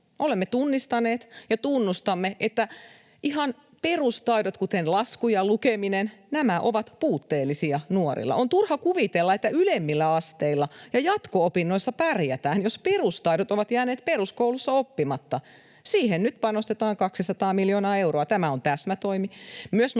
Olemme tunnistaneet ja tunnustamme, että ihan perustaidot, kuten laskeminen ja lukeminen, ovat puutteellisia nuorilla. On turha kuvitella, että ylemmillä asteilla ja jatko-opinnoissa pärjätään, jos perustaidot ovat jääneet peruskoulussa oppimatta. Siihen nyt panostetaan 200 miljoonaa euroa. Tämä on täsmätoimi.